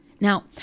Now